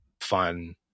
fun